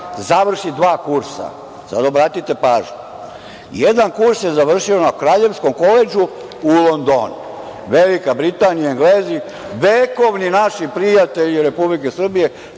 završi dva kursa. Sad obratite pažnju. Jedan kurs je završio na Kraljevskom koledžu u Londonu, Velika Britanija, Englezi, vekovni prijatelji Republike Srbije.